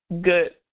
good